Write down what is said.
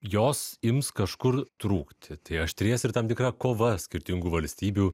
jos ims kažkur trūkti tai aštrės ir tam tikra kova skirtingų valstybių